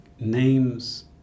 names